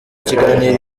kiganiro